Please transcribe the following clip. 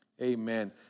Amen